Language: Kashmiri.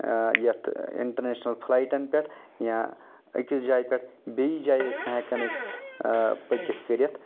یتھ انٹرنیشنل فلایٹن پٮ۪ٹھ یا أکِس جایہِ پٮ۪ٹھ بیٚیِس جایہِ ٲسۍ نہٕ ہٮ۪کان أسۍ پٔکِتھ کٔرتھ